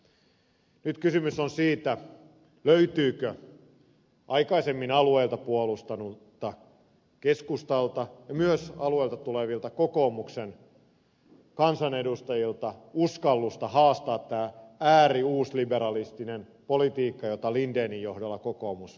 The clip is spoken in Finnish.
nyt kysymys on siitä löytyykö aikaisemmin alueita puolustaneelta keskustalta ja myös alueilta tulevilta kokoomuksen kansanedustajilta uskallusta haastaa tämä ääriuusliberalistinen politiikka jota lindenin johdolla kokoomus vie